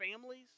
families